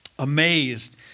amazed